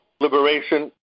Liberation